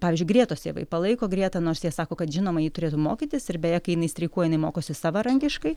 pavyzdžiui grietos tėvai palaiko grietą nors jie sako kad žinoma ji turėtų mokytis ir beje kai jinai streikuoja jinai mokosi savarankiškai